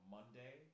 Monday